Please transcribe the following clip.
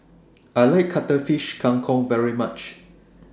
I like Cuttlefish Kang Kong very much